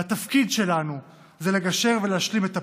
והתפקיד שלנו זה לגשר ולהשלים את הפער.